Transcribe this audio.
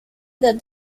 that